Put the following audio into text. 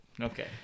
Okay